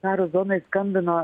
karo zonoj skambino